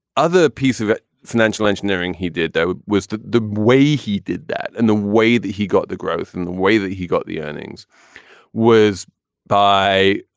other piece of financial engineering he did, though, was the the way he did that and the way that he got the growth in the way that he got the earnings was by